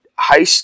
High